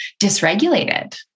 dysregulated